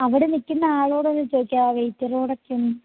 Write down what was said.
അവിടെ നില്ക്കുന്നയാളോട് ഒന്നു ചോദിക്കാമോ വെയ്റ്ററോടൊക്കെയൊന്ന്